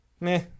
Meh